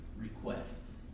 requests